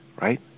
right